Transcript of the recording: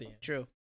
True